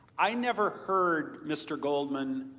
i never heard mister goldman,